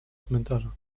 cmentarza